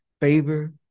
favor